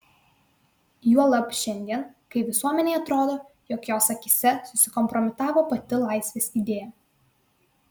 juolab šiandien kai visuomenei atrodo jog jos akyse susikompromitavo pati laisvės idėja